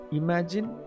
imagine